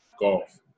golf